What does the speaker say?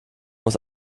muss